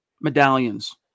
Medallions